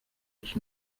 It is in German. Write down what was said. ich